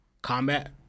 combat